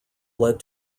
led